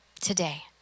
today